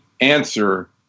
answer